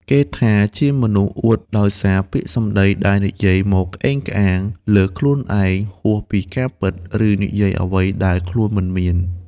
គេថាជាមនុស្សអួតដោយសារពាក្យសម្ដីដែលនិយាយមកក្អេងក្អាង លើកខ្លួនឯងហួសពីការពិត ឬនិយាយអ្វីដែលខ្លួនមិនមាន។